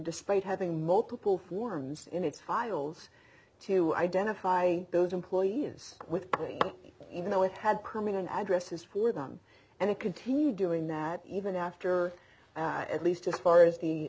despite having multiple forms in its files to identify those employees with even though it had permanent addresses for them and it continued doing that even after at least as far as the